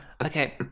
Okay